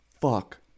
fuck